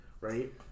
right